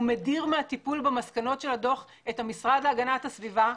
הוא מדיר מטיפול במסקנות הדוח את המשרד להגנת הסביבה,